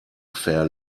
fair